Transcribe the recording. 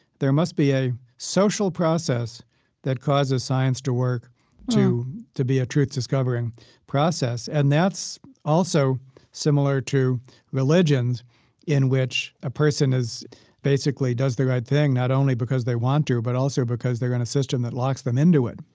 there must be a social process that causes science to work to to be a truth-discovering process. and that's also similar to religions in which a person basically does the right thing not only because they want to, but also because they're in a system that locks them into it.